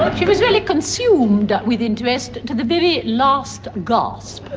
but she was really consumed with interest to the very last gasp.